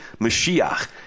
Mashiach